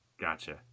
gotcha